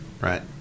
right